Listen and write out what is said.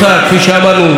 נדב שיינברגר,